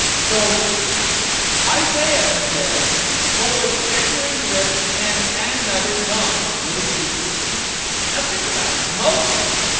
so isaiah said for with stammering lips and and another tongue, will he speak to this people now think about it moses?